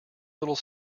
little